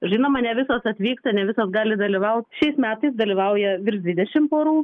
žinoma ne visos atvyksta ne visos gali dalyvaut šiais metais dalyvauja virš dvidešimt porų